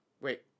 Wait